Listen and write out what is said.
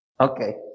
Okay